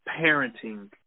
parenting